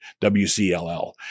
WCLL